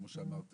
כמו שאמרת,